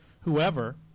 whoever